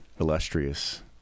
illustrious